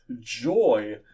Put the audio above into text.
JOY